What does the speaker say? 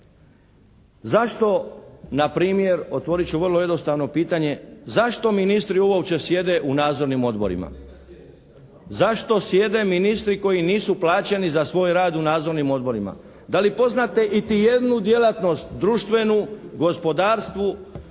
Zašto na primjer, otvorit ću vrlo jednostavno pitanje, zašto ministri uopće sjede u nadzornim odborima? Zašto sjede ministri koji nisu plaćeni za svoj rad u nadzornim odborima? Da li poznate iti jednu djelatnost društvenu, gospodarstvenu